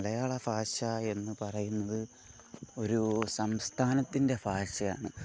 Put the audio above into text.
മലയാള ഭാഷ എന്നു പറയുന്നത് ഒരു സംസ്ഥാനത്തിൻ്റെ ഭാഷയാണ്